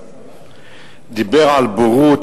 הוא דיבר על בורות,